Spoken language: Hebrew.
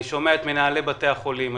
אני שומע את מנהלי בתי החולים,